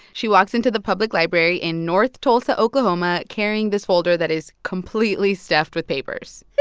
she walks into the public library in north tulsa, okla, um ah carrying this folder that is completely stuffed with papers